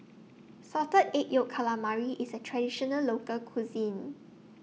Salted Egg Yolk Calamari IS A Traditional Local Cuisine